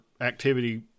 activity